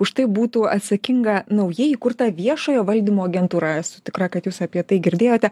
už tai būtų atsakinga naujai įkurta viešojo valdymo agentūra esu tikra kad jūs apie tai girdėjote